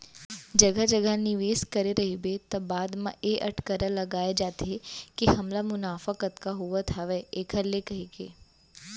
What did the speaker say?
जघा जघा निवेस करे रहिबे त बाद म ए अटकरा लगाय जाथे के हमला मुनाफा कतका होवत हावय ऐखर ले कहिके